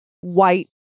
white